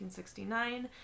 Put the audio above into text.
1969